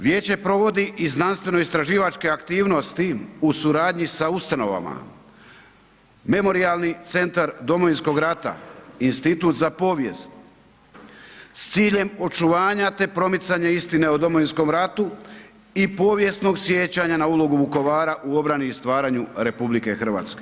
Vijeće provodi i znanstvenoistraživačke aktivnosti u suradnji sa ustanovama, Memorijalni centar Domovinskog rata, Institut za povijest s ciljem očuvanja te promicanje istine o Domovinskom ratu i povijesnog sjećanja na ulogu Vukovara u obrani i stvaranju RH.